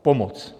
Pomoc.